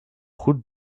route